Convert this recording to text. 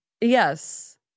Yes